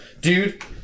Dude